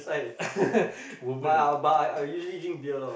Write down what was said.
women ah